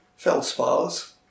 feldspars